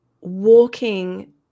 walking